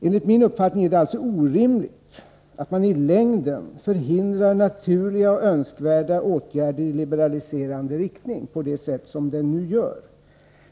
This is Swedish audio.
Enligt min uppfattning är det orimligt att i längden förhindra naturliga och önskvärda åtgärder i liberaliserande riktning på det sätt som den nu gör.